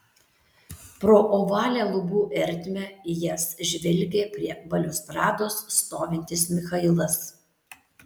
pro ovalią lubų ertmę į jas žvelgė prie baliustrados stovintis michailas